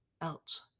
else